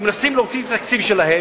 הם מנסים להוציא את התקציב שלהם,